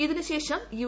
ഇതിനുശേഷം യു